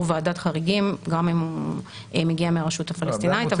ועדת חריגים גם אם הוא מגיע מהרשות הפלשתינית.